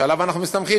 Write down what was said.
שעליו אנחנו מסתמכים,